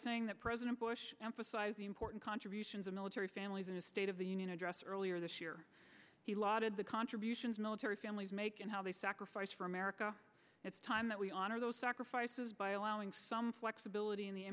saying that president bush emphasized the important contributions of military families in the state of the union address earlier this year he lot of the contributions military families make and how they sacrifice for america it's time that we honor those sacrifices by allowing some flexibility in the